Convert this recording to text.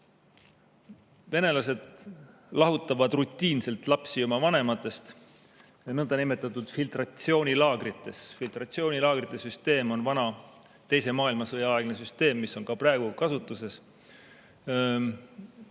Venelased lahutavad rutiinselt lapsi oma vanematest nõndanimetatud filtratsioonilaagrites. Filtratsioonilaagrite süsteem on vana, see on teise maailmasõjaaegne süsteem, mis on ka praegu kasutusel.